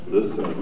Listen